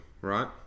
right